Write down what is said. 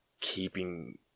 keeping